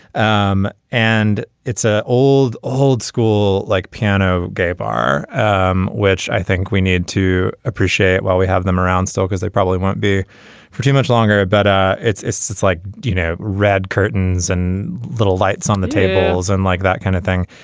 um and it's a old old school like piano gay bar um which i think we need to appreciate while we have them around so because they probably won't be for too much longer. ah but it's it's it's like you know red curtains and little lights on the tables and like that kind of thing.